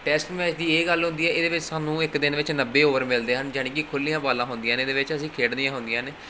test match ਦੀ ਇਹ ਗੱਲ ਹੁੰਦੀ ਹੈ ਇਹਦੇ ਵਿੱਚ ਸਾਨੂੰ ਇੱਕ ਦਿਨ ਵਿੱਚ ਨੱਬੇ ਓਵਰ ਮਿਲਦੇ ਹਨ ਯਾਨੀ ਕਿ ਖੁੱਲ੍ਹੀਆਂ ਬਾਲਾਂ ਹੁੰਦੀਆਂ ਨੇ ਇਹਦੇ ਵਿੱਚ ਅਸੀਂ ਖੇਡਣੀਆਂ ਹੁੰਦੀਆਂ ਨੇ